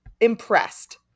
impressed